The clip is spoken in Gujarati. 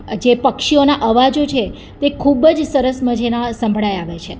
જે પક્ષીઓના અવાજો છે તે ખૂબ જ સરસ મજાના સંભળાય આવે છે